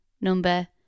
number